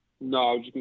No